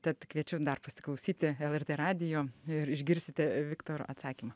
tad kviečiu dar pasiklausyti lrt radijo ir išgirsite viktoro atsakymą